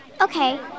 Okay